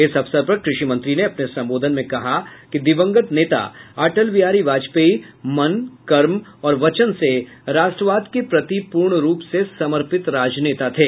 इस अवसर पर कृषि मंत्री ने अपने संबोधन में कहा कि दिवंगत नेता अटल बिहारी वाजपेयी मन कर्म और वचन से राष्ट्रवाद के प्रति पूर्ण रूप से समर्पित राजनेता थे